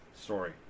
story